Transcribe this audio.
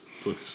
please